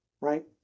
right